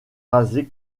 rasé